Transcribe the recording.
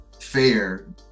fair